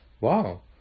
Wow